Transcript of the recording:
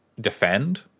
defend